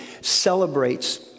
celebrates